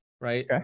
right